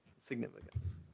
significance